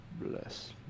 bless